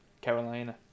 Carolina